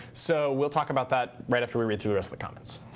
so we'll talk about that right after we read through the rest of the comments.